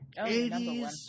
80s